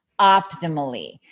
optimally